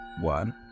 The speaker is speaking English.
one